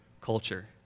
culture